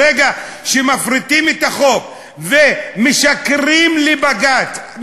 ברגע שמפריטים בחוק ומשקרים לבג"ץ,